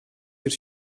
your